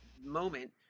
moment